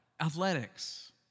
Athletics